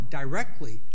directly